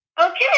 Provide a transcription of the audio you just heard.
okay